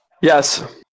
Yes